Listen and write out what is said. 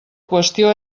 qüestió